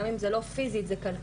גם אם זה לא פיזית זה כלכלית,